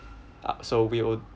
uh so we'll